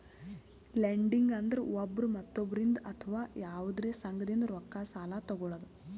lending ಅಂದ್ರ ಒಬ್ರ್ ಮತ್ತೊಬ್ಬರಿಂದ್ ಅಥವಾ ಯವಾದ್ರೆ ಸಂಘದಿಂದ್ ರೊಕ್ಕ ಸಾಲಾ ತೊಗಳದು